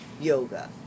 yoga